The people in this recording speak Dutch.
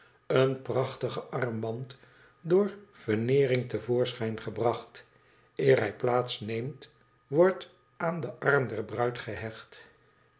een prachtige armband door veneering te voorschijn gebracht eer hij plaats neemt wordt aan den arm der bruid gehecht